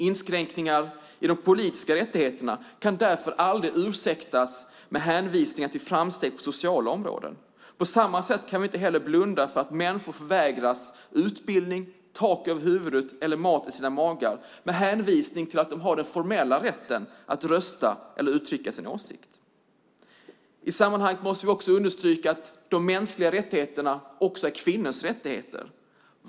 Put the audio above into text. Inskränkningar i de politiska rättigheterna kan därför aldrig ursäktas med hänvisning till framsteg på sociala områden. På samma sätt kan vi inte heller blunda när människor förvägras utbildning, tak över huvudet eller mat i sina magar med hänvisning till att de har den formella rätten att rösta eller uttrycka sin åsikt. I sammanhanget måste vi också understryka att de mänskliga rättigheterna också är kvinnors rättigheter.